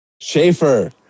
Schaefer